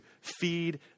feed